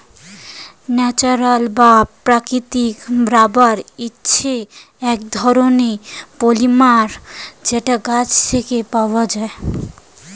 natural বা প্রাকৃতিক rubber হচ্ছে এক রকমের পলিমার যেটা গাছ থেকে পাওয়া যায়